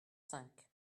cinq